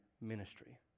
ministry